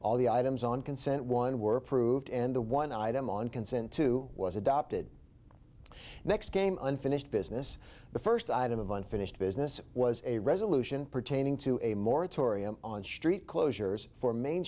all the items on consent one were proved and the one item on consent to was adopted next game unfinished business the first item of unfinished business was a resolution pertaining to a moratorium on street closures for main